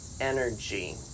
energy